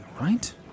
right